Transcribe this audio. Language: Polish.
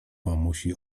mamusi